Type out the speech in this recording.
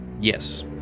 Yes